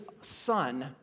son